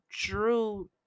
Drew